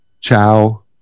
ciao